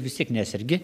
vis tiek nesergi